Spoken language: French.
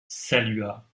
salua